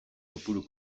kopuru